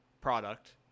product